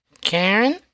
Karen